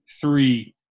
three